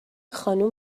خانم